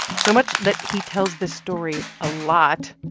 so much that he tells this story a lot.